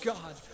God